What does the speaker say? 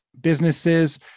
businesses